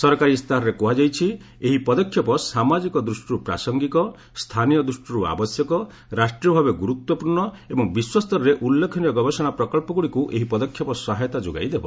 ସରକାରୀ ଇସ୍ତାହାରରେ କୁହାଯାଇଛି ଏହି ପଦକ୍ଷେପ ସାମାଜିକ ଦୃଷ୍ଟିରୁ ପ୍ରାସଙ୍ଗିକ ସ୍ଥାନୀୟ ଦୃଷ୍ଟିରୁ ଆବଶ୍ୟକ ରାଷ୍ଟ୍ରୀୟ ଭାବେ ଗୁରୁତ୍ୱପୂର୍ଣ୍ଣ ଏବଂ ବିଶ୍ୱସ୍ତରରେ ଉଲ୍ଲେଖନୀୟ ଗବେଷଣା ପ୍ରକଳ୍ପଗୁଡ଼ିକୁ ଏହି ପଦକ୍ଷେପ ସହାୟତା ଯୋଗାଇ ଦେବ